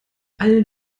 all